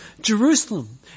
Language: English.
Jerusalem